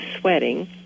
sweating